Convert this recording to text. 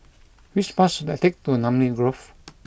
which bus should I take to Namly Grove